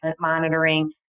monitoring